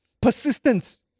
persistence